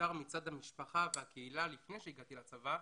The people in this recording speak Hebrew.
בעיקר מצד המשפחה והקהילה לפני שהגעתי לצבא,